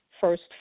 first